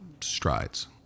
strides